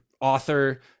author